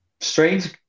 strange